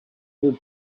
would